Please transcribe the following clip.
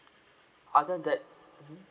other than that mmhmm